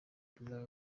président